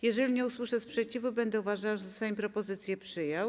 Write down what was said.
Jeżeli nie usłyszę sprzeciwu, będę uważała, że Sejm propozycję przyjął.